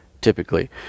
Typically